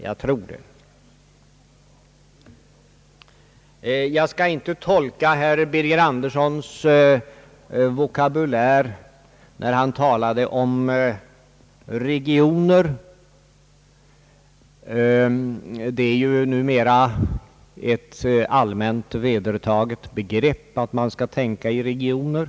Jag skall inte försöka tolka herr Birger Anderssons vokabulär när han talade om regioner. Det är numera ett allmänt vedertaget begrepp att man skall tänka i regioner.